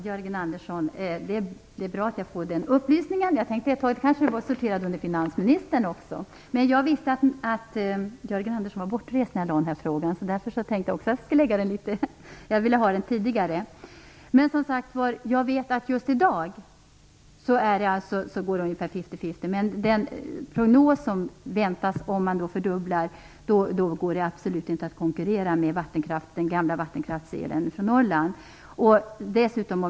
Herr talman! Det är bra att jag får den upplysningen, Jörgen Andersson. Jag tänkte ett tag att de kanske sorterade under finansministern också. Att jag ställde frågan till näringsministern berodde på att jag visste att Jörgen Andersson var bortrest och att jag ville ha svaret litet tidigare. Jag vet att det just i dag är ungefär fifty-fifty, men prognosen om det blir fråga om en fördubbling är att det inte alls kommer att bli möjligt att konkurrera med den gamla vattenkraftselen från Norrland.